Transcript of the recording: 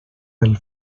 pel